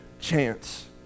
chance